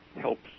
helps